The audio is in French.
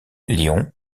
lyon